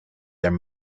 their